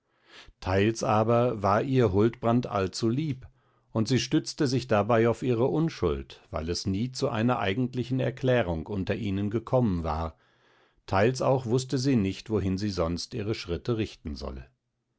teils aber war ihr huldbrand allzu lieb und sie stützte sich dabei auf ihre unschuld weil es nie zu einer eigentlichen erklärung unter ihnen gekommen war teils auch wußte sie nicht wohin sie sonst ihre schritte richten solle